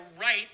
right